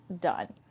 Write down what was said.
done